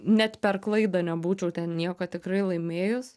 net per klaidą nebūčiau ten nieko tikrai laimėjus